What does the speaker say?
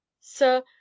Sir